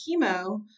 chemo